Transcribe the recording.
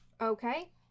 okay